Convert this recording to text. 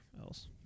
else